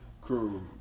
crew